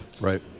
Right